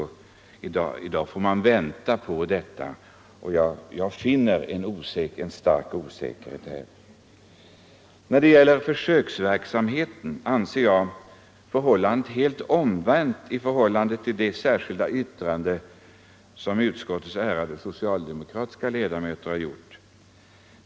I dag får man vänta med detta eftersom det skulle skapa en stark osäkerhet. När det gäller försöksverksamheten anser jag att förhållandet är det helt omvända jämfört med det särskilda yttrande som utskottets ärade socialdemokratiska ledamöter har avgivit.